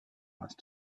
once